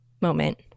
moment